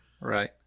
Right